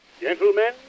Gentlemen